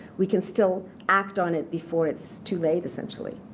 we can still act on it before it's too late essentially.